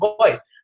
voice